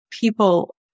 people